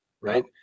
right